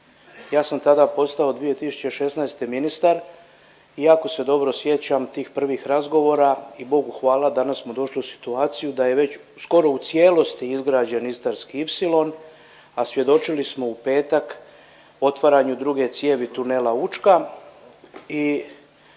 Ja sam tada postao 2016. ministar i jako se dobro sjećam tih prvih razgovora i Bogu hvala, danas smo došli u situaciju da je već skoro u cijelosti izgrađen Istarski ipsilon, a svjedočili smo u petak otvaranju druge cijevi tunela Učka